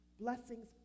Blessings